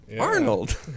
Arnold